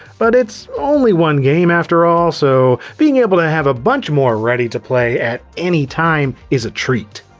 but it's only one game, after all, so being able to have a bunch more ready to play at any time is a treat.